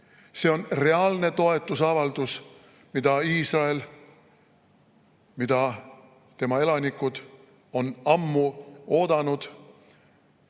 See on reaalne toetusavaldus, mida Iisrael ja tema elanikud on ammu oodanud.